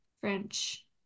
French